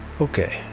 Okay